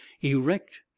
erect